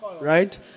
Right